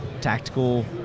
Tactical